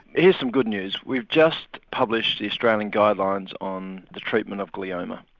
here's some good news, we've just published the australian guidelines on the treatment of glioma,